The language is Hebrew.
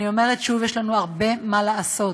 אני אומרת שוב, יש לנו הרבה מה לעשות.